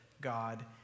God